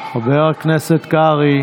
האם הכיוון הוא חיובי?